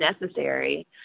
necessary